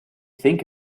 think